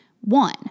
one